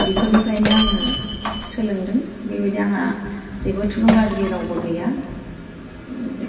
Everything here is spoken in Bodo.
बेफोरनिफ्रायनो आङो सोलोंदों बेबायदि आंहा जेबो थुलुंगागिरि रावबो गैया